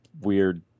weird